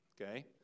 Okay